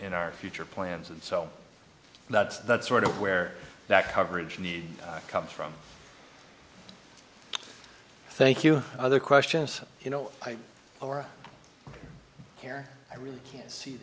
in our future plans and so that's that's sort of where that coverage need comes from thank you other questions you know or care i really can't see